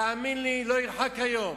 תאמין לי, לא ירחק היום